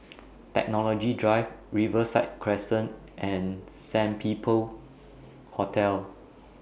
Technology Drive Riverside Crescent and Sandpiper Hotel